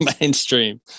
mainstream